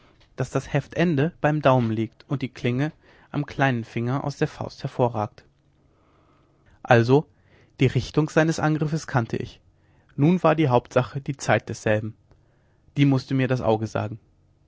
daß das heftende beim daumen liegt und die klinge am kleinen finger aus der faust hervorragt also die richtung seines angriffes kannte ich nun war die hauptsache die zeit desselben die mußte mir das auge sagen